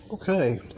Okay